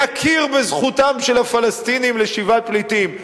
להכיר בזכותם של הפלסטינים לשיבת פליטים.